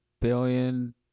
billion